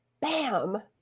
bam